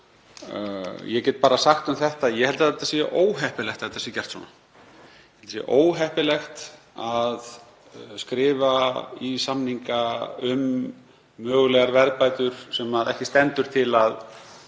Ég get bara sagt um þetta að ég held að það sé óheppilegt að þetta sé gert svona. Ég held að það sé óheppilegt að skrifa í samninga um mögulegar verðbætur sem ekki stendur til að